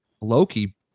Loki